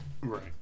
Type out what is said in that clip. Right